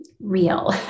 real